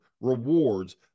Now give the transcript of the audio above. rewards